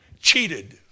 cheated